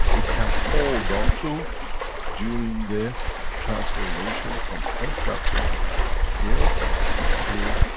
it can hold on to during the transformation from earth gravitational-magnetic field to.